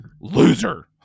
Loser